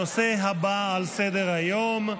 הנושא הבא על סדר-היום,